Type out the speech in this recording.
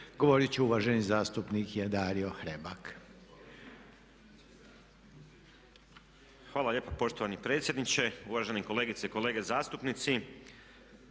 govoriti će uvaženi zastupnik Dario Hrebak. **Hrebak, Dario (HSLS)** Hvala lijepo poštovani predsjedniče, uvažene kolegice i kolege zastupnici.